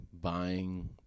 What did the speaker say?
buying